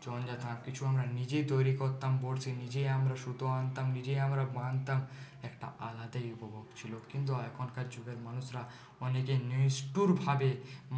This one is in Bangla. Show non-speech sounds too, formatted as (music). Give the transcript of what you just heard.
(unintelligible) কিছু আমরা নিজেই তৈরি করতাম বড়শি নিজেই আমরা সুতো আনতাম নিজেই আমরা বানতাম একটা আলাদাই উপভোগ ছিল কিন্তু এখনকার যুগের মানুষরা অনেকে নিষ্ঠুরভাবে